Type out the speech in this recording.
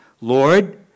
Lord